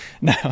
No